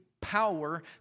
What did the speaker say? power